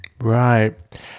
Right